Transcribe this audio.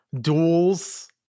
duels